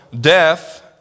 death